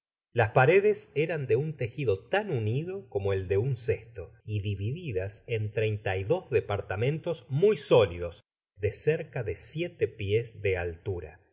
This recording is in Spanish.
las paredes eran deiun tejido tan unido como el de un cesto y divididas en treinta y dos departamentos muy sólidos de cerca de siete pies de altura